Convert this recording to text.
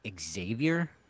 Xavier